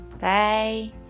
bye